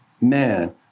man